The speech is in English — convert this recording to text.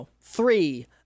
three